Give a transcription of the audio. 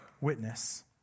witness